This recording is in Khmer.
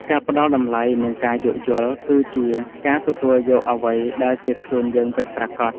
ការផ្ដល់តម្លៃ និងការយោគយល់ គឺជាការទទួលយកអ្វីដែលជាខ្លួនយើងពិតប្រាកដ។